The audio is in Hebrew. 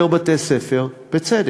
יותר בתי-ספר, בצדק,